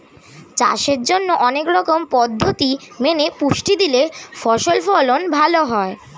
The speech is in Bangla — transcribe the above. চাষের জন্যে অনেক রকম পদ্ধতি মেনে পুষ্টি দিলে ফসল ফলন ভালো হয়